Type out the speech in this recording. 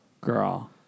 girl